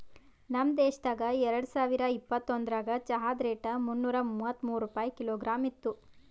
ನಮ್ ದೇಶದಾಗ್ ಎರಡು ಸಾವಿರ ಇಪ್ಪತ್ತೊಂದರಾಗ್ ಚಹಾದ್ ರೇಟ್ ಮುನ್ನೂರಾ ಮೂವತ್ಮೂರು ರೂಪಾಯಿ ಕಿಲೋಗ್ರಾಮ್ ಇತ್ತು